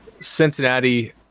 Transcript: Cincinnati